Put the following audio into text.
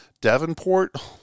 Davenport